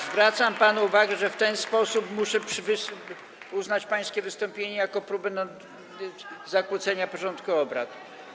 Zwracam panu uwagę, że w ten sposób muszę uznać pańskie wystąpienie za próbę zakłócenia porządku obrad.